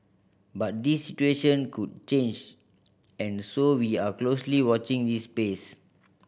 but this situation could change and so we are closely watching this space